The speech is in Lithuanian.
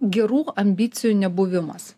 gerų ambicijų nebuvimas